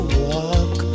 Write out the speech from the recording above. walk